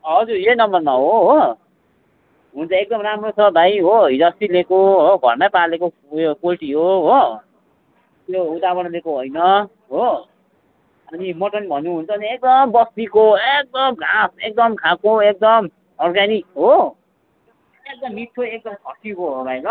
हजुर यही नम्बरमा हो हो हुन्छ एकदम राम्रो छ भाइ हो हिजो अस्ति लिएको हो घरमै पालेको उयो पोल्ट्री हो हो यो उताबाट ल्याएको होइन हो अनि मटन भन्नुहुन्छ नि एकदम बस्तीको हो एकदम घाँस एकदम खाएको एकदम अर्ग्यानिक हो एकदम मिठो एकदम खसीको हो भाइ ल